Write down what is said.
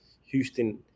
Houston